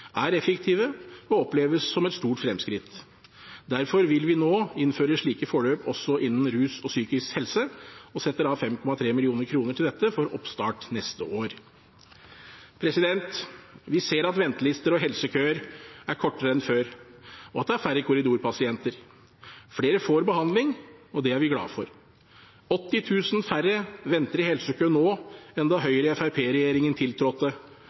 er effektive og oppleves som et stort fremskritt. Derfor vil vi nå innføre slike forløp også innen rus og psykisk helse – og setter av 5,3 mill. kr til dette for oppstart neste år. Vi ser at ventelister og helsekøer er kortere enn før, og at det er færre korridorpasienter. Flere får behandling, og det er vi glade for. 80 000 færre venter i helsekø nå enn da Høyre–Fremskrittsparti-regjeringen tiltrådte,